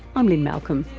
i'm lynne malcolm,